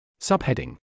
Subheading